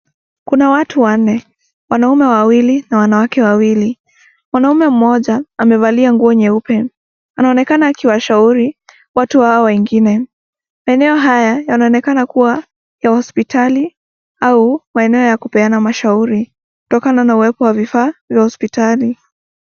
Kuna watu wanne wanaume wawili na wanawake wawili. Mwanaume mmoja amevalia nguo nyeupe anaonekana akiwashauri watu hao wengine. Eneo haya yanaonekana kuwa ya hospitali au maeneo ya kupeana mashauri kutokana na uwepo wa vifaa vya hospitali.